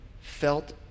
felt